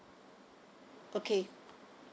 okay